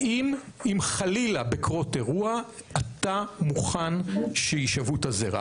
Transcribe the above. האם חלילה בקרות אירוע אתה מוכן שיישאבו את הזרע.